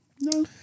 no